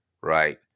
right